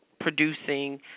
producing